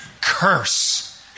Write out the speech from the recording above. curse